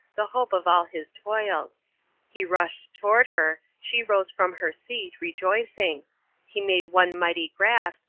the hope of all his toils he rushed toward her, she rose from her seat, rejoicing he made one mighty grasp,